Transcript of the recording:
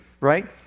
right